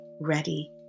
ready